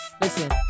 listen